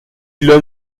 l’homme